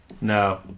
No